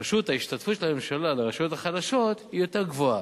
פשוט ההשתתפות של הממשלה לרשויות החלשות היא יותר גבוהה.